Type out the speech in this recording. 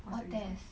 what test